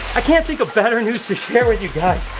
i can't think of better news to share with you guys,